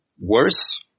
worse